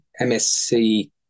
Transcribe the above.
MSC